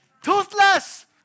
Toothless